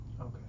Okay